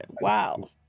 Wow